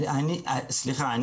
סליחה,